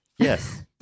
Yes